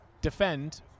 defend